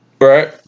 right